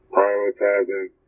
prioritizing